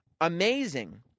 Amazing